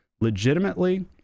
legitimately